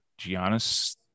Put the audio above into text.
Giannis